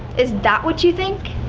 is that what you think?